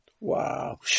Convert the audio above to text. Wow